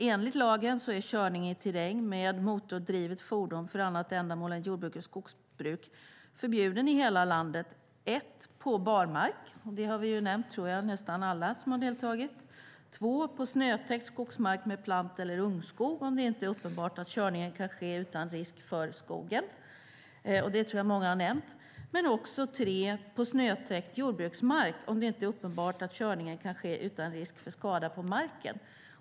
Enligt lagen är körning i terräng med motordrivet fordon för annat ändamål än jordbruk och skogsbruk förbjuden i hela landet 1. på barmark, som nästan alla deltagare i debatten har nämnt 2. på snötäckt skogsmark med plant eller ungskog om det inte är uppenbart att körningen kan ske utan risk för skogen, som många har nämnt 3. på snötäckt jordbruksmark om det inte är uppenbart att körningen kan ske utan risk för skada på marken.